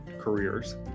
careers